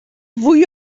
fwy